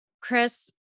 Chris